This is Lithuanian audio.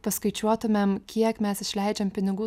paskaičiuotumėm kiek mes išleidžiam pinigų